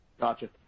gotcha